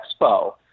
expo